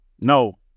No